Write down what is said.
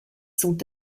sont